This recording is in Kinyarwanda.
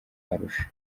arusha